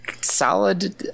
solid